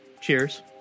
Cheers